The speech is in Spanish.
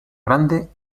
grande